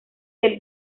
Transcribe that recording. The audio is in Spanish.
del